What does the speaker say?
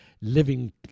living